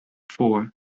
four